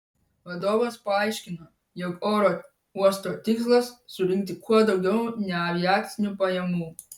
vadovas paaiškino jog oro uosto tikslas surinkti kuo daugiau neaviacinių pajamų